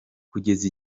kugeza